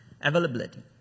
availability